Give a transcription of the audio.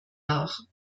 nach